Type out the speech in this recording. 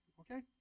Okay